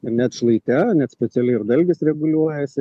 net šlaite net specialiai ir dalgis reguliuojasi